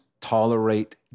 Tolerate